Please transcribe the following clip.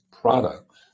products